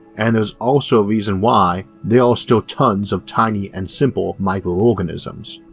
and there's also a reason why there are still tons of tiny and simple micro-organisms.